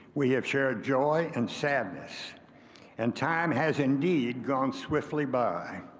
we have shared joy and sadness and time has indeed gone swiftly by.